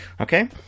okay